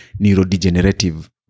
neurodegenerative